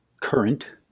current